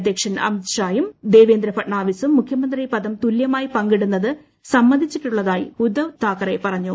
അധ്യക്ഷൻ അമിത് ഷായും ദേവേന്ദ്ര ഫഡ്നാവിസും മുഖ്യമന്ത്രി പദം തുല്യമായി പങ്കിടുന്നതിന് സമ്മതിച്ചിട്ടുള്ളതായി ഉദ്ധവ് താക്കറെ പറഞ്ഞു